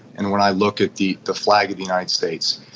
and when i look at the the flag of the united states,